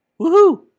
Woohoo